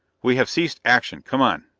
we have ceased action come on!